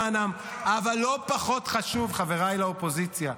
אתם, חברי האופוזיציה,